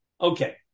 Okay